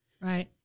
Right